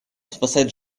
спасать